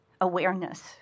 awareness